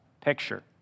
picture